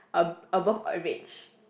a~ above average